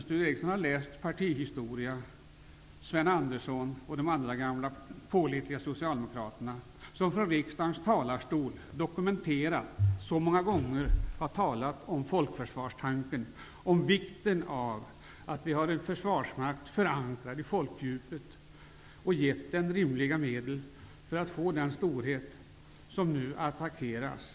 Sture Ericson har läst sin partihistoria och hänvisar till Sven Andersson och andra gamla pålitliga socialdemokrater. Dessa dokumenterade så många gånger från riksdagens talarstol tanken om folkförsvaret och vikten av att ha en försvarsmakt som är förankrad i folkdjupet. Dessa personer har sett till att försvarsmakten har fått tillräckliga medel att bli till den storhet som nu attackeras.